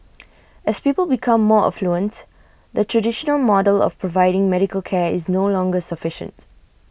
as people become more affluent the traditional model of providing medical care is no longer sufficient